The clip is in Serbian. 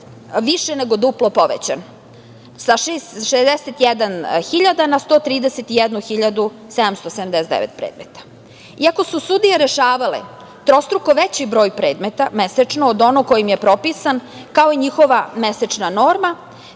više nego duplo povećan. Sa 61.000 na 131.779 predmeta. Iako su sudije rešavale trostruko veći broj predmeta mesečno od onog koji im je propisan, kao i njihova mesečna norma,